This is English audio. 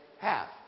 half